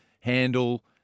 handle